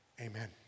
amen